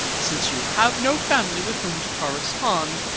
since you have no family with whom to correspond,